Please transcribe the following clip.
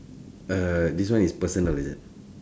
uh this one is personal is it